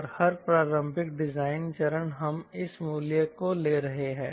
और हर प्रारंभिक डिजाइन चरण हम इस मूल्य को ले रहे हैं